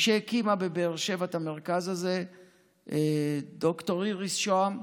הקימה בבאר שבע את המרכז הזה ד"ר איריס שהם,